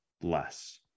less